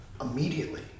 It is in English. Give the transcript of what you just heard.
immediately